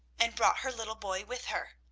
and brought her little boy with her.